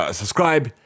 subscribe